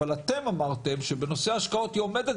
אבל אתם אמרתם שבנושא ההשקעות היא עומדת